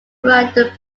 right